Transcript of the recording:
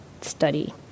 study